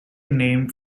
name